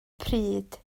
pryd